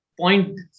point